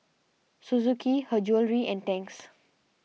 Suzuki Her Jewellery and Tangs